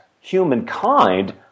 humankind